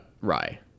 Rye